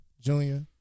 Junior